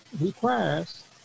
requires